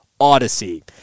Odyssey